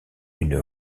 une